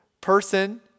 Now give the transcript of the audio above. person